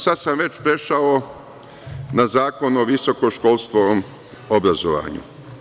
Sada sam već prešao na Zakon o visokoškolskom obrazovanju.